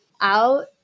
out